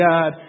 God